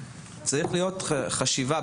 צריך להיות על זה חשיבה.